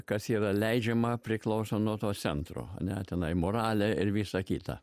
kas yra leidžiama priklauso nuo to centro a ne tenai moralė ir visa kita